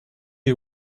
you